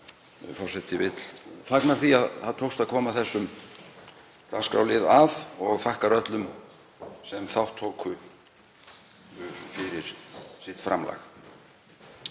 því að það tókst að koma þessum dagskrárlið að og þakkar öllum sem þátt tóku fyrir sitt framlag.